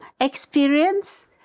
experience